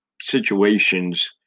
situations